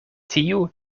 tiu